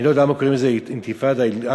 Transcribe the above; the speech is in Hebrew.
אני לא יודע למה קוראים לזה "אינתיפאדת אל-אקצא",